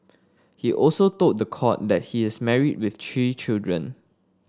he also told the court that he is married with three children